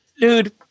Dude